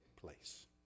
place